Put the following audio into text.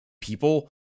people